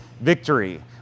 victory